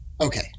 Okay